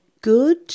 good